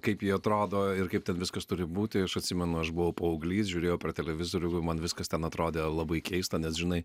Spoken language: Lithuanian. kaip ji atrado ir kaip ten viskas turi būti aš atsimenu aš buvau paauglys žiūrėjau per televizorių man viskas ten atrodė labai keista nes žinai